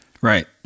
Right